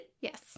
Yes